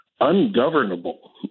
ungovernable